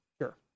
Sure